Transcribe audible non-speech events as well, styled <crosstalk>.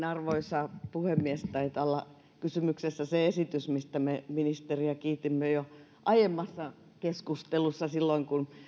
<unintelligible> arvoisa puhemies taitaa olla kysymyksessä se esitys mistä me ministeriä kiitimme jo aiemmassa keskustelussa silloin kun